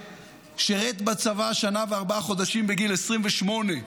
ששירת בצבא שנה וארבעה חודשים בגיל 28,